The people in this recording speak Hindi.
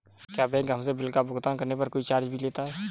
क्या बैंक हमसे बिल का भुगतान करने पर कोई चार्ज भी लेता है?